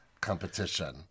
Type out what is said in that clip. competition